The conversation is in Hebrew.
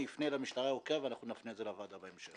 אני אפנה למשטרה הירוקה, ונפנה לוועדה בהמשך.